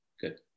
Good